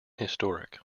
historic